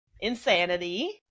insanity